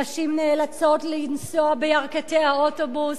נשים נאלצות לנסוע בירכתי האוטובוס,